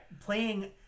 playing